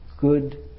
good